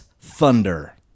Thunder